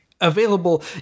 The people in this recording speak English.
available